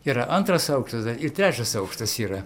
yra antras aukštas dar ir trečias aukštas yra